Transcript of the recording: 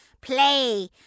Play